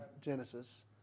Genesis